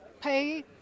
pay